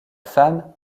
femme